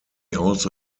also